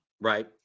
Right